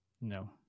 No